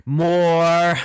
more